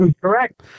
correct